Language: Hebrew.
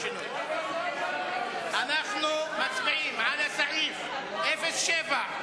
אנחנו מצביעים על סעיף 07,